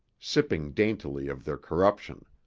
sipping daintily of their corruption.